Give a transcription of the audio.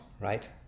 right